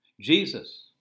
Jesus